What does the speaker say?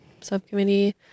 subcommittee